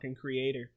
creator